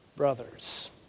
Brothers